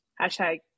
Hashtag